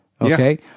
Okay